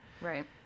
right